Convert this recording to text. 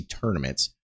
tournaments